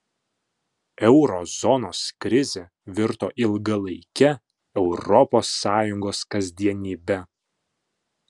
euro zonos krizė virto ilgalaike europos sąjungos kasdienybe